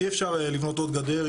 אי אפשר לבנות עוד גדר,